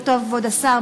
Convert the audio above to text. כבוד השר,